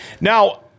Now